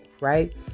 right